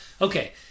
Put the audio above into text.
okay